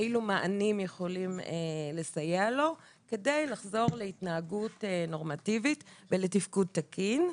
אילו מענים יכולים לסייע לו כדי לחזור להתנהגות נורמטיבית ולתפקוד תקין.